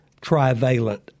trivalent